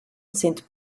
sind